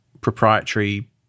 proprietary